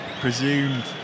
presumed